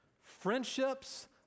friendships